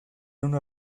una